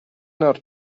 not